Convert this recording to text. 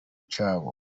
cyabo